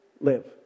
live